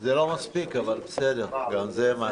זה לא מספיק, אבל בסדר, גם זה משהו.